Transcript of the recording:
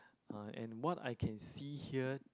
uh and what I can see here